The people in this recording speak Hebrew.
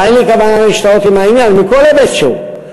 אבל אין לי כוונה להשתהות עם העניין מכל היבט שהוא.